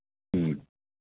ꯎꯝ